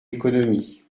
économie